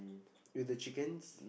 with the chickens